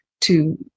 to-